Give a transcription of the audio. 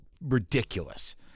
ridiculous